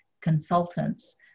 consultants